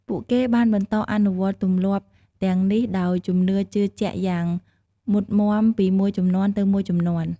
ពួកគេបានបន្តអនុវត្តទម្លាប់ទាំងនេះដោយជំនឿជឿជាក់យ៉ាងម៉ុតមាំពីមួយជំនាន់ទៅមួយជំនាន់។